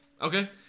Okay